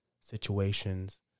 situations